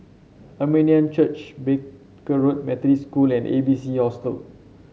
Armenian Church Barker Road Methodist School and A B C Hostel